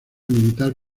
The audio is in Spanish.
militar